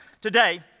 Today